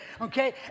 okay